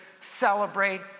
celebrate